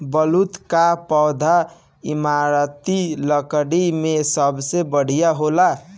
बलूत कअ पौधा इमारती लकड़ी में सबसे बढ़िया होला